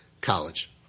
college